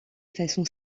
façon